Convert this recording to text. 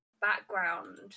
background